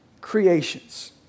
creations